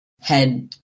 head